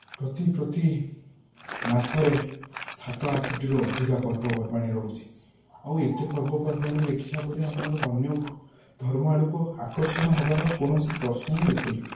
ପ୍ରତି ପ୍ରତି ମାସରେ ସାତ ଆଠଟିରୁ ଅଧିକା ପର୍ବପର୍ବାଣି ରହୁଛି ଆଉ ଏତେ ପର୍ବପର୍ବାଣି ଦେଖିଲା ପରେ ଆମର ଅନ୍ୟ ଧର୍ମ ଆଡ଼କୁ ଆକର୍ଷଣ ହେବାର କୌଣସି ପ୍ରଶ୍ନ ହିଁ ଉଠୁନି